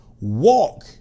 Walk